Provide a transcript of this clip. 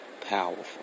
powerful